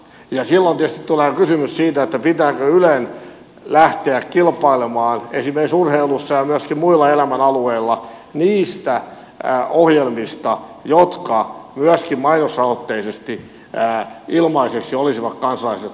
silloin tietysti tulee kysymys siitä pitääkö ylen lähteä kilpailemaan esimerkiksi urheilussa ja myöskin muilla elämänalueilla niistä ohjelmista jotka myöskin mainosrahoitteisesti ilmaiseksi olisivat kansalaisille tarjolla